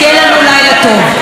שיהיה לנו לילה טוב.